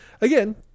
again